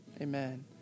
Amen